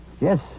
Yes